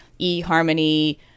eHarmony